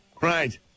Right